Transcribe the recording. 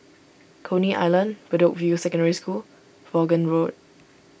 Coney Island Bedok View Secondary School Vaughan Road